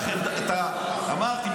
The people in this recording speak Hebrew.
אמרתי,